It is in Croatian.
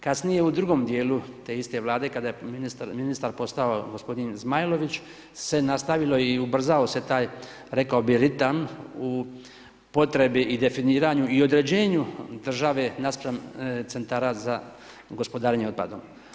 Kasnije u drugom dijelu te iste Vlade kada je ministar postao gospodin Zmajlović se nastavilo i ubrzao se taj, rekao ritam, u potrebi i definiranju i određenju države naspram centara za gospodarenje otpadom.